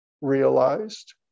realized